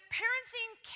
parenting